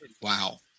Wow